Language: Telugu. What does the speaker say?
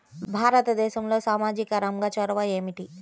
భారతదేశంలో సామాజిక రంగ చొరవ ఏమిటి?